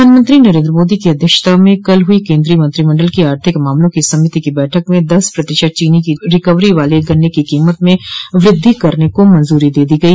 प्रधानमंत्री नरेन्द्र मोदी की अध्यक्षता में कल हुई केन्द्रीय मंत्रिमंडल की आर्थिक मामलों की समिति की बैठक में दस प्रतिशत चीनी की रिकवरी वाले गन्ने की कीमत में वृद्वि करने को मंजूरी दे दी गई